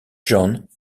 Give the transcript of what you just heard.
john